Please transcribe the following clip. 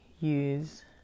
use